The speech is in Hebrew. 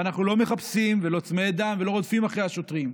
ואנחנו לא מחפשים ולא צמאי דם ולא רודפים אחרי השוטרים,